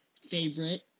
favorite